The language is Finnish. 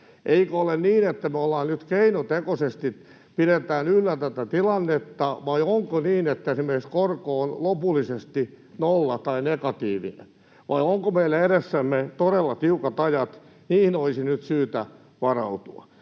Eikö ole niin, että me nyt keinotekoisesti pidetään yllä tätä tilannetta, vai onko niin, että esimerkiksi korko on lopullisesti nolla tai negatiivinen? Vai onko meillä edessämme todella tiukat ajat? Niihin olisi nyt syytä varautua.